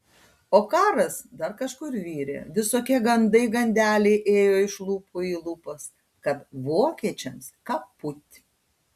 o karas dar kažkur virė visokie gandai gandeliai ėjo iš lūpų į lūpas kad vokiečiams kaput